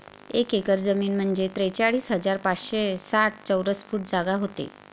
एक एकर जमीन म्हंजे त्रेचाळीस हजार पाचशे साठ चौरस फूट जागा व्हते